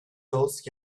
those